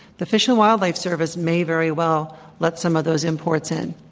the fish and wildlife service may very well let some of those imports in.